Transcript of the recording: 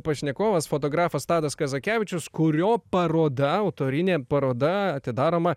pašnekovas fotografas tadas kazakevičius kurio paroda autorinė paroda atidaroma